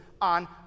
on